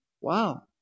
Wow